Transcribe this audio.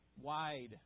wide